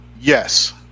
Yes